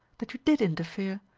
that you did interfere.